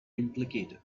implicated